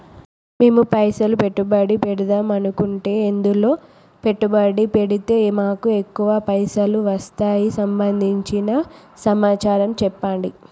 మేము పైసలు పెట్టుబడి పెడదాం అనుకుంటే ఎందులో పెట్టుబడి పెడితే మాకు ఎక్కువ పైసలు వస్తాయి సంబంధించిన సమాచారం చెప్పండి?